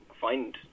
find